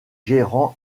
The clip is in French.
gérant